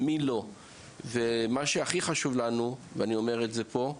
מי לא ומה שהכי חשוב לנו ואני אומר את זה פה,